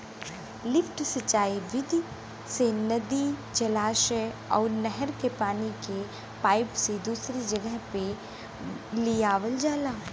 lift सिंचाई विधि से नदी, जलाशय अउर नहर के पानी के पाईप से दूसरी जगह पे लियावल जाला